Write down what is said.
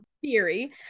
theory